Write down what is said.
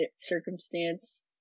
circumstance